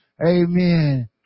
amen